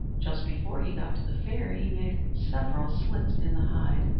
just before he got to the fair, he made several slits in the hide,